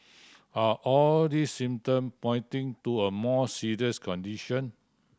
are all these symptom pointing to a more serious condition